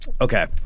Okay